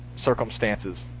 circumstances